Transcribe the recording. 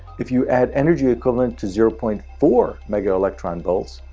if you add energy equivalent to zero point four mega electron volts,